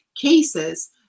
cases